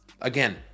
Again